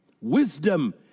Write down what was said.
Wisdom